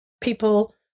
people